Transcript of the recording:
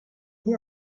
who